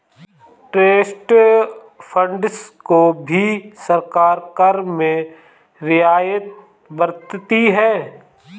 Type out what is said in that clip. trust funds को भी सरकार कर में रियायत बरतती है